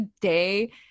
day